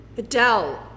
Adele